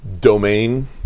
domain